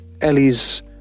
Ellie's